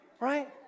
right